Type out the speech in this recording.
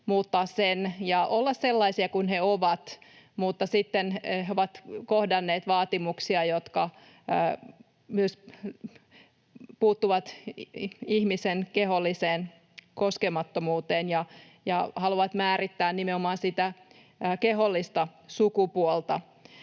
ja olla sellaisia kuin he ovat, mutta sitten he ovat kohdanneet vaatimuksia, jotka myös puuttuvat ihmisen keholliseen koskemattomuuteen ja haluavat määrittää nimenomaan sitä kehollista sukupuolta.